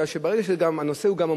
כי ברגע שיש גם הנושא הממוני,